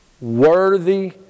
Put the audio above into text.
worthy